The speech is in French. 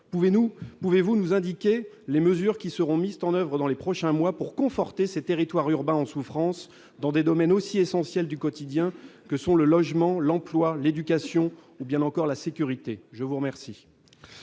pouvez-vous nous indiquer les mesures qui seront Mist en oeuvre dans les prochains mois pour conforter ses territoires urbains en souffrance dans des domaines aussi essentiels du quotidien que sont le logement, l'emploi, l'éducation ou bien encore la sécurité, je vous remercie.